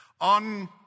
On